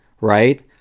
right